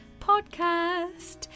podcast